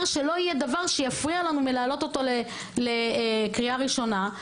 שלא יהיה דבר שיפריע לנו מלהעלות אותו לקריאה ראשונה.